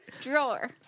Drawer